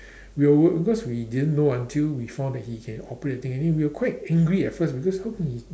we were because we didn't know until we found that he can operate the thing and we were quite angry at first because how can he